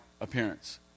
appearance